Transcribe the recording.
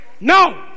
No